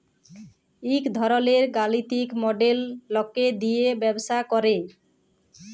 ইক ধরলের গালিতিক মডেল লকে দিয়ে ব্যবসা করে